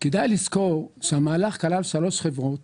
כדאי לזכור שהמהלך כלל שלוש חברות